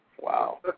Wow